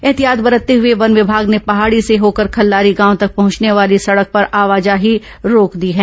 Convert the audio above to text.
एहतियात बरतते हुए वन विभाग ने पहाडी से होकर खल्लारी गांव तक पहंचने वाली सडक पर आवाजाही रोक दी है